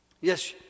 Yes